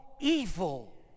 evil